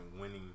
winning